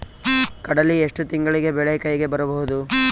ಕಡಲಿ ಎಷ್ಟು ತಿಂಗಳಿಗೆ ಬೆಳೆ ಕೈಗೆ ಬರಬಹುದು?